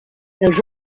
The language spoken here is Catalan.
els